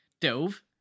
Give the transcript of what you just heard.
Dove